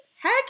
Heck